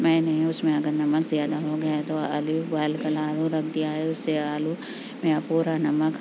میں نے اس میں اگر نمک زیادہ ہو گیا ہے تو آلو ابال کر آلو رکھ دیا ہے اسے آلو میں پورا نمک